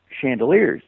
chandeliers